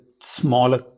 smaller